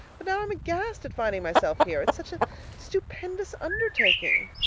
but now i'm aghast at finding myself here it's such a stupendous undertaking.